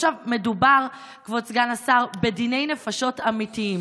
עכשיו, מדובר, כבוד סגן השר, בדיני נפשות אמיתיים.